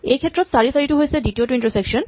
এইক্ষেত্ৰত ৪৪ টো হৈছে দ্বিতীয়টো ইন্টাৰছেকচন